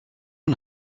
and